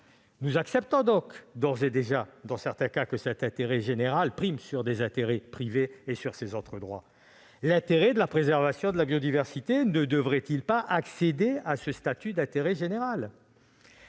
Nous acceptons donc d'ores et déjà, dans certains cas, que l'intérêt général prime sur des intérêts privés et sur ces autres droits. La préservation de la biodiversité ne devrait-elle pas accéder à ce statut d'intérêt général ?